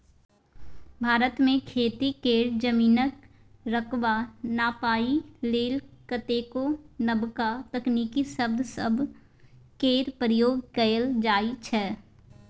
भारत मे खेती केर जमीनक रकबा नापइ लेल कतेको नबका तकनीकी शब्द सब केर प्रयोग कएल जाइ छै